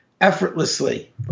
effortlessly